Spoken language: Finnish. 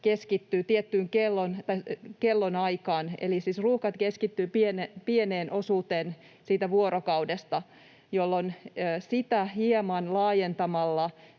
keskittyy tiettyyn kellonaikaan, eli ruuhkat keskittyvät pieneen osuuteen siitä vuorokaudesta, jolloin sitä hieman laajentamalla